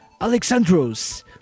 Alexandros